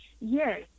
Yes